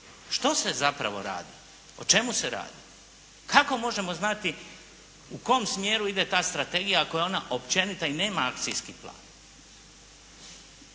Što se zapravo radi, o čemu se radi? Kako možemo znati u kom smjeru ide ta strategija ako je ona općenita i nema akcijski plan?